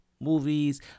movies